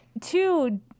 two